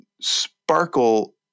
sparkle